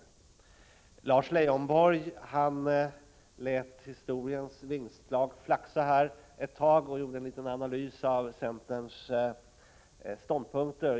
I Lars Leijonborgs anförande kunde vi höra historiens vingslag när han gjorde en analys av centerns ståndpunkter.